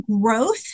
growth